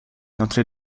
notre